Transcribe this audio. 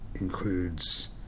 includes